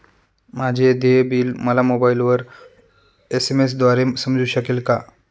माझे देय बिल मला मोबाइलवर एस.एम.एस द्वारे समजू शकेल का?